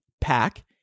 pack